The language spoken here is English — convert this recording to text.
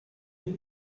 name